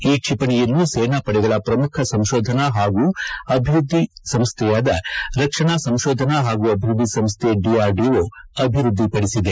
ಈ ಕ್ಷಿಪಣಿಯನ್ನು ಸೇನಾ ಪಡೆಗಳ ಪ್ರಮುಖ ಸಂಶೋಧನಾ ಹಾಗೂ ಅಭಿವೃದ್ದಿ ಸಂಸ್ಥೆಯಾದ ರಕ್ಷಣಾ ಸಂಶೋಧನಾ ಹಾಗೂ ಅಭಿವ್ವದ್ದಿ ಸಂಸ್ಥೆ ಡಿಆರ್ಡಿಒ ಅಭಿವ್ವದ್ದಿಪಡಿಸಿದೆ